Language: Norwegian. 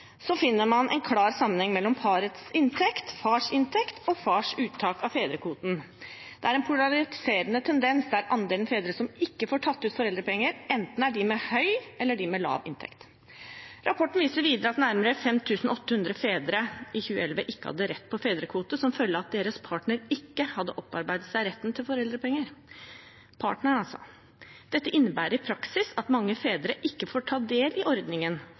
finner man en klar sammenheng mellom parets inntekt, fars inntekt og fars uttak av fedrekvoten. Det er en polariserende tendens der de fedrene som ikke får tatt ut foreldrepenger, enten er de med høy inntekt eller de med lav inntekt. Rapporten viser videre at nærmere 5 800 fedre i 2011 ikke hadde rett på fedrekvote, som følge av at deres partner ikke hadde opparbeidet seg rett til foreldrepenger. Dette innebærer i praksis at mange fedre ikke får ta del i ordningen